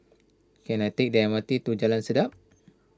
can I take the M R T to Jalan Sedap